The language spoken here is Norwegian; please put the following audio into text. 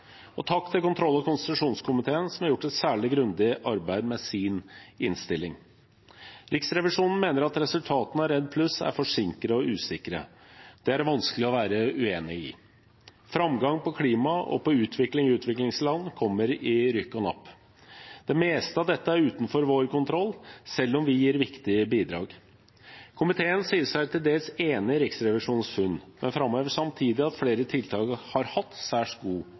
bedre. Takk til kontroll- og konstitusjonskomiteen, som har gjort et særlig grundig arbeid med sin innstilling. Riksrevisjonen mener at resultatene av REDD+ er forsinket og usikre. Det er det vanskelig å være uenig i. Framgang når det gjelder klima og utvikling i utviklingsland, kommer i rykk og napp. Det meste av dette er utenfor vår kontroll, selv om vi gir viktige bidrag. Komiteen sier seg til dels enig i Riksrevisjonens funn. Den framhever samtidig at flere tiltak har hatt særs god